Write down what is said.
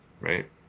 right